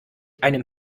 einem